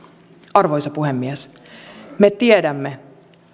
arvoisa puhemies me tiedämme